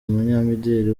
umunyamideli